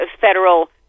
federal